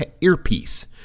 earpiece